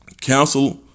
Council